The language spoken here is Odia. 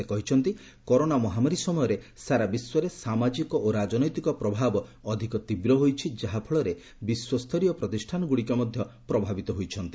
ସେ କହିଛନ୍ତି କରୋନା ମହାମାରୀ ସମୟରେ ସାରା ବିଶ୍ୱରେ ସାମାଜିକ ଓ ରାଜନୈତିକ ପ୍ରଭାବ ଅଧିକ ତୀବ୍ ହୋଇଛି ଯାହାଫଳରେ ବିଶ୍ୱସ୍ତରୀୟ ପ୍ରତିଷ୍ଠାନଗୁଡ଼ିକ ମଧ୍ୟ ପ୍ରଭାବିତ ହୋଇଛନ୍ତି